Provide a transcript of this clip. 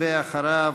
ואחריו,